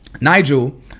Nigel